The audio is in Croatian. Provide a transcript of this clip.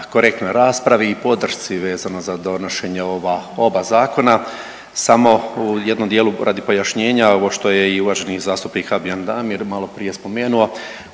korektnoj raspravi i podršci vezano za donošenje ova oba zakona. Samo u jednom dijelu radi pojašnjenja, ovo i uvaženi zastupnik Habijan Damir malo prije spomenuo